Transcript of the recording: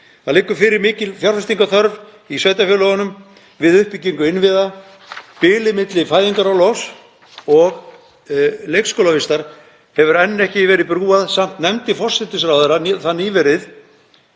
Það liggur fyrir mikil fjárfestingarþörf í sveitarfélögunum við uppbyggingu innviða. Bilið milli fæðingarorlofs og leikskólavistar hefur enn ekki verið brúað. Samt nefndi forsætisráðherra það nýverið